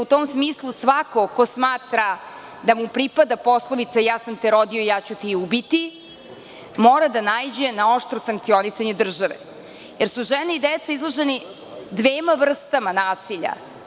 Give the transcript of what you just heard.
U tom smislu svako ko smatra da mu pripada poslovica – ja sam se rodio, ja ću te i ubiti, mora da naiđe na oštro sankcionisanje države jer su žene i deca izloženi dvema vrstama nasilja.